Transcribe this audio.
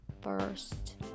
first